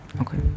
okay